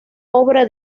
obra